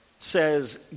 Says